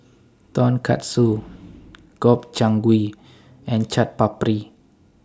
Tonkatsu Gobchang Gui and Chaat Papri